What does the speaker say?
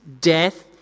death